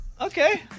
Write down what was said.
Okay